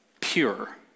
pure